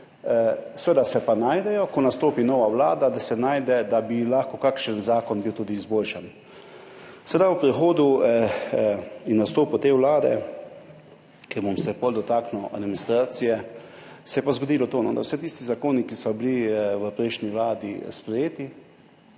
seveda se pa, ko nastopi nova vlada, odkrije, da bi lahko bil kakšen zakon tudi izboljšan. Ob prihodu in nastopu te vlade, ker se bom potem dotaknil administracije, se je pa zgodilo to, da vsi tisti zakoni, ki so bili v prejšnji vladi sprejeti,